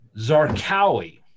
Zarqawi